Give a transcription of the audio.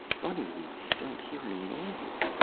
funny we don't hear any noises,